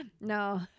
no